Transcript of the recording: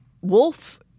wolf-